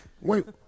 Wait